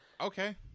Okay